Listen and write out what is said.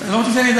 אתה לא רוצה שאדבר?